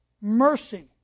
mercy